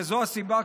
וזו הסיבה,